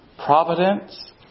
Providence